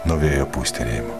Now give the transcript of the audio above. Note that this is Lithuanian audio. nuo vėjo pūstelėjimo